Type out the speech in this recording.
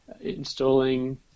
installing